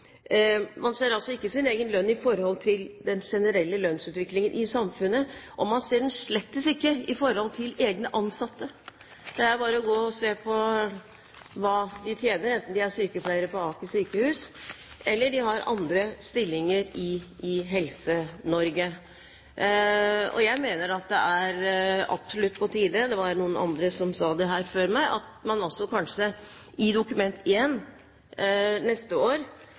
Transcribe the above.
Man ser ikke sin egen lønn i forhold til den generelle lønnsutviklingen i samfunnet, og man ser den slett ikke i forhold til egne ansatte. Det er bare å se på hva de tjener, enten de er sykepleiere på Aker sykehus eller har andre stillinger i Helse-Norge. Jeg mener at det absolutt er på tide – det var andre som sa det her før meg – at man kanskje i Dokument nr. 1 neste år